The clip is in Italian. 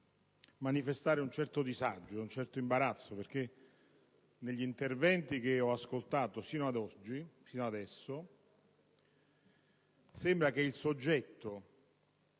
manifestare un certo disagio e imbarazzo perché negli interventi che ho ascoltato fino adesso sembra che il soggetto